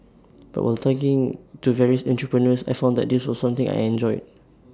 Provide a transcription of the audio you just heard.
but while talking to various entrepreneurs I found that this was something I enjoyed